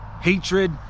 hatred